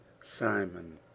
Simon